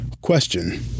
Question